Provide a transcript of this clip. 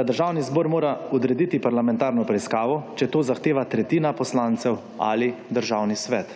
da Državni zbor mora odrediti parlamentarno preiskavo, če to zahteva tretjina poslancev ali Državni svet.